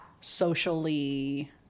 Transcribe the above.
socially